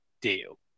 deal